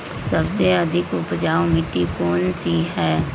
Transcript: सबसे अधिक उपजाऊ मिट्टी कौन सी हैं?